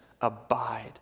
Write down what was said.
abide